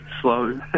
slow